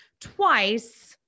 twice